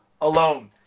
alone